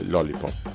Lollipop